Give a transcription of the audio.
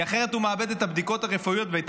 אחרת הוא מאבד את הבדיקות הרפואיות ואת